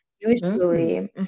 Usually